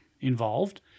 involved